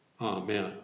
Amen